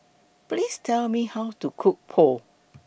Please Tell Me How to Cook Pho